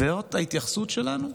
זאת ההתייחסות שלנו?